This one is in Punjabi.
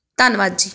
ਧੰਨਵਾਦ ਜੀ